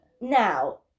Now